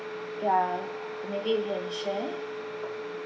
ya maybe you can share